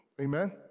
Amen